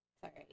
Sorry